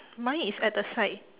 mine is at the side